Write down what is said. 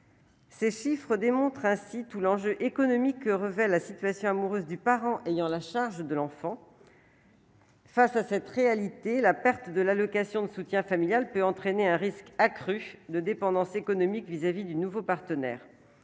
Ces chiffres démontrent ainsi tout l'enjeu économique que revêt la situation amoureuse du parent ayant la charge de l'enfant. Face à cette réalité : la perte de l'allocation de soutien familial peut entraîner un risque accru de dépendance économique vis-à-vis du nouveau partenaire.